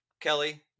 Kelly